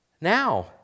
now